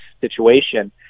situation